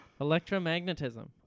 Electromagnetism